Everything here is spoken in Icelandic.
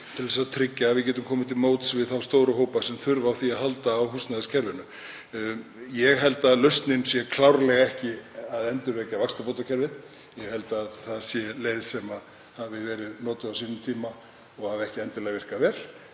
til að tryggja að við getum komið til móts við þá stóru hópa sem þurfa á því að halda í húsnæðiskerfinu. Ég held að lausnin sé klárlega ekki að endurvekja vaxtabótakerfið. Það er leið sem var notuð á sínum tíma en ég held að hún hafi ekki endilega virkað vel.